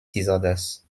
disorders